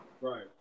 Right